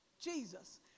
Jesus